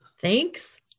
thanks